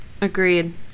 agreed